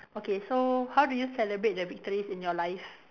okay so how do you celebrate the victories in your life